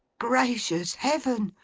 gracious heaven!